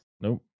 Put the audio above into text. Nope